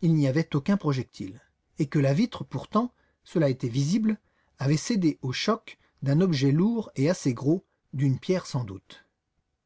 il n'y avait aucun projectile et que la vitre pourtant cela était visible avait cédé au choc d'un objet lourd et assez gros d'une pierre sans doute